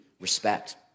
respect